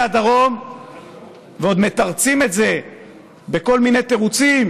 הדרום ועוד מתרצים את זה בכל מיני תירוצים: